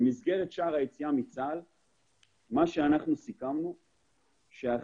במסגרת שער היציאה מצה"ל סיכמנו שהחיילים